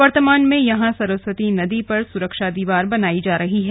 वर्तमान में यहां सरस्वती नदी पर सुरक्षा दीवार बनायी जा रही है